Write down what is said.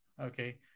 Okay